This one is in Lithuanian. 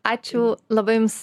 ačiū labai jums